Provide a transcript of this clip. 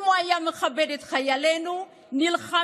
אם הוא היה מכבד את חיילינו, הם נלחמים